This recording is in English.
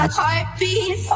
heartbeat